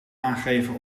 aangeven